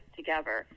together